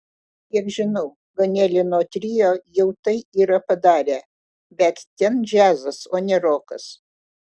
kiek žinau ganelino trio jau tai yra padarę bet ten džiazas o ne rokas